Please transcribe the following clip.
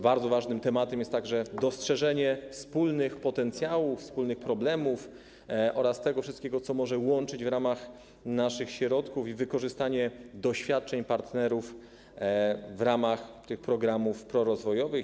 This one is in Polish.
Bardzo ważnym tematem jest także dostrzeżenie wspólnych potencjałów, wspólnych problemów oraz tego wszystkiego, co może łączyć w ramach naszych środków, i wykorzystanie doświadczeń partnerów w ramach tych programów prorozwojowych.